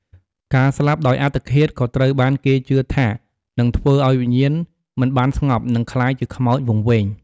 ការស្លាប់ដោយអត្តឃាតក៏ត្រូវបានគេជឿថានឹងធ្វើឲ្យវិញ្ញាណមិនបានស្ងប់ និងក្លាយជាខ្មោចវង្វេង។